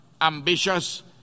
ambitious